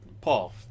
Paul